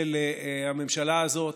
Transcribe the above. של הממשלה הזאת,